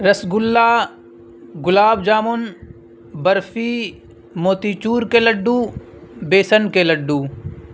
رس گلا گلاب جامن برفی موتی چور کے لڈو بیسن کے لڈو